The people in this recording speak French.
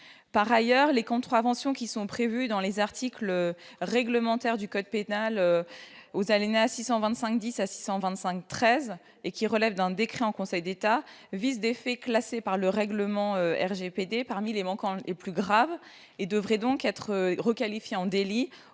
Par ailleurs, les contraventions prévues dans les articles réglementaires du code pénal aux articles R. 625-10 à R. 625-13, et qui relèvent d'un décret en Conseil d'État, visent des faits classés par le RGPD parmi les manquements les plus graves. Ces faits devraient donc être requalifiés en délits,